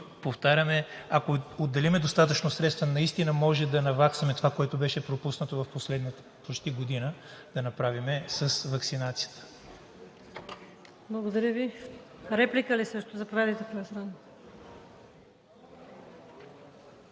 повтаряме: ако отделим достатъчно средства, наистина може да наваксаме това, което беше пропуснато в последната почти една година – да направим ваксинацията.